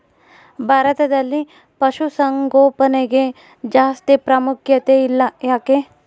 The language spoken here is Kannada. ಭಾರತದಲ್ಲಿ ಪಶುಸಾಂಗೋಪನೆಗೆ ಜಾಸ್ತಿ ಪ್ರಾಮುಖ್ಯತೆ ಇಲ್ಲ ಯಾಕೆ?